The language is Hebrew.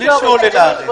גם לפני שהוא עולה לארץ.